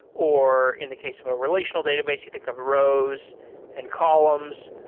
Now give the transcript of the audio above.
or in the case of a relational database, you think of a rows and columns.